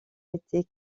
été